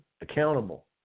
accountable